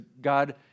God